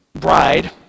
bride